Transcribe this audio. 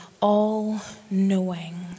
all-knowing